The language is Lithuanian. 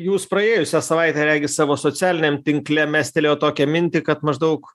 jūs praėjusią savaitę regis savo socialiniam tinkle mestelėjot tokią mintį kad maždaug